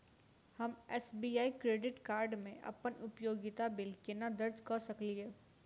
हम SBI credit card मे अप्पन उपयोगिता बिल केना दर्ज करऽ सकलिये?